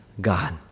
God